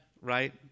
right